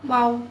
!wow!